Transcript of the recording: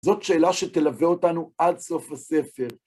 זאת שאלה שתלווה אותנו עד סוף הספר.